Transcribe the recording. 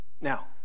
Now